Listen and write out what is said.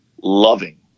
loving